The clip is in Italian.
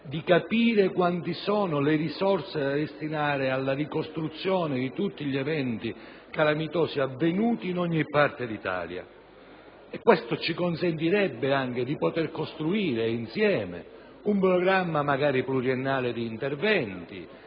per capire quante sono le risorse da destinare alla ricostruzione delle zone colpite da tutti gli eventi calamitosi avvenuti in ogni parte d'Italia. Questo ci consentirebbe di costruire insieme un programma, magari pluriennale, di interventi